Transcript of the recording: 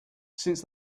since